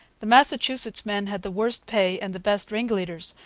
the massachusetts men had the worst pay and the best ringleaders,